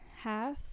half